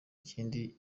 ikindi